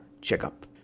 checkup